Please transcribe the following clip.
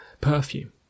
perfume